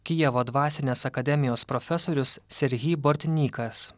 kijevo dvasinės akademijos profesorius serhy bortinykas